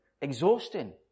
exhausting